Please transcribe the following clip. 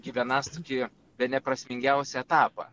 gyvenąs tokį bene prasmingiausią etapą